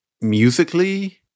musically